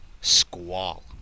Squall